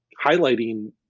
highlighting